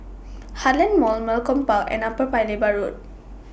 Heartland Mall Malcolm Park and Upper Paya Lebar Road